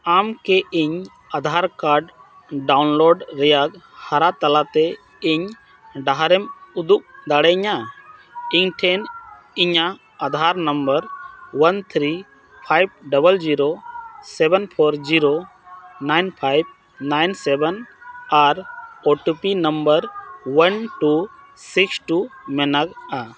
ᱟᱢ ᱠᱤ ᱤᱧ ᱟᱫᱷᱟᱨ ᱠᱟᱨᱰ ᱰᱟᱣᱩᱱᱞᱳᱰ ᱨᱮᱭᱟᱜ ᱦᱟᱨᱟ ᱛᱟᱞᱟ ᱛᱮ ᱤᱧ ᱰᱟᱦᱟᱨᱮᱢ ᱩᱫᱩᱜ ᱫᱟᱲᱮᱭᱤᱧᱟ ᱤᱧ ᱴᱷᱮᱱ ᱤᱧᱟᱹᱜ Aadhaar number one three five double zero seven four zero nine five nine seven ᱟᱨ O T P number one two six two ᱢᱮᱱᱟᱜᱼᱟ